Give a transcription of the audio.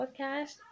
Podcast